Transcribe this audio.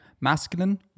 Masculine